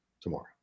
tomorrow